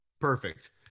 Perfect